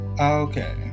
Okay